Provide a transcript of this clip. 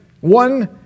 One